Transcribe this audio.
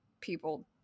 people